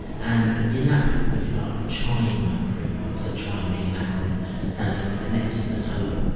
and in that paper we developed the chime framework, so chime being an acronym standing for connectedness, hope,